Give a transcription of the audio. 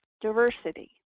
diversity